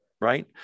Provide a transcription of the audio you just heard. right